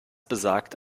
besagt